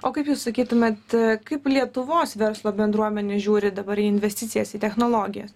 o kaip jūs sakytumėt kaip lietuvos verslo bendruomenė žiūri dabar į investicijas į technologijas